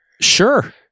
sure